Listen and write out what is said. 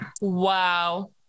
Wow